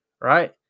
right